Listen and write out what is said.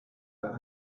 out